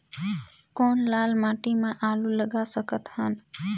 कौन लाल माटी म आलू लगा सकत हन?